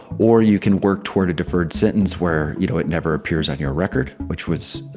or you can work toward a deferred sentence where, you know, it never appears on your record, which was,